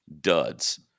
duds